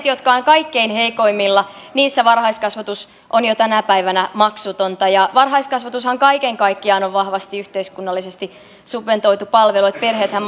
jotka ovat kaikkein heikoimmilla varhaiskasvatus on jo tänä päivänä maksutonta varhaiskasvatushan kaiken kaikkiaan on vahvasti yhteiskunnallisesti subventoitu palvelu eli perheethän